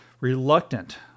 Reluctant